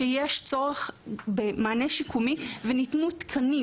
שיש צורך במענה שיקומי ואחרי שניתנו תקנים.